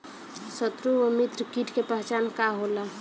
सत्रु व मित्र कीट के पहचान का होला?